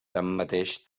tanmateix